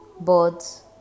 Birds